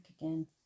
again